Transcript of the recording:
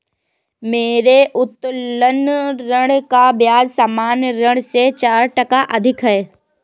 मेरे उत्तोलन ऋण का ब्याज सामान्य ऋण से चार टका अधिक है